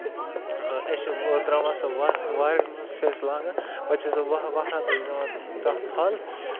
أسۍ چھِ تراوان سُہ وا وارٮ۪ن منٛز چھِ أسۍ لاگان پَتہٕ چھُ سُہ ؤہ وہراتس دِوان تَتھ پھل